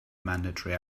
mandatory